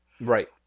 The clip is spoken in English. Right